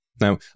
Now